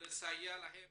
ולסייע להם